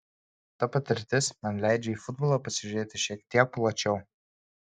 ta patirtis man leidžia į futbolą pasižiūrėti šiek tiek plačiau